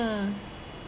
mm